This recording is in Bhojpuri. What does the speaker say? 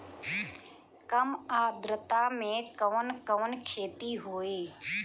कम आद्रता में कवन कवन खेती होई?